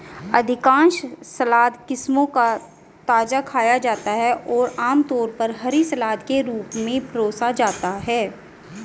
अधिकांश सलाद किस्मों को ताजा खाया जाता है और आमतौर पर हरी सलाद के रूप में परोसा जाता है